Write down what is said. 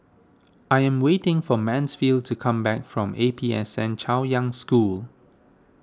I am waiting for Mansfield to come back from A P S N Chaoyang School